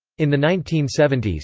in the nineteen seventy s,